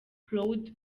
claude